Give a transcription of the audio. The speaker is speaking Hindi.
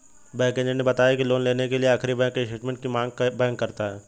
बैंक एजेंट ने बताया की लोन लेने के लिए आखिरी बैंक स्टेटमेंट की मांग बैंक करता है